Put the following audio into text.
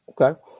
Okay